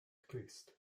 clust